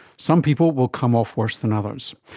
some people will come off worse than others.